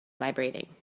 vibrating